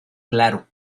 claro